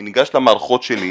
אני ניגש למערכות שלי,